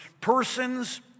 persons